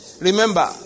Remember